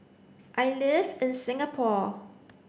I live in Singapore